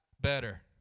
better